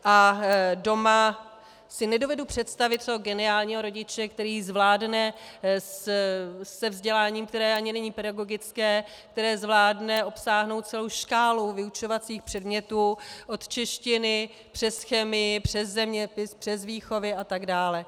A doma si nedovedu představit toho geniální rodiče, který zvládne se vzděláním, které ani není pedagogické, obsáhnout celou škálu vyučovacích předmětů od češtiny přes chemii, přes zeměpis, přes výchovy a tak dále.